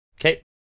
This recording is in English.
Okay